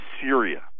Syria